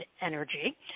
energy